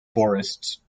forests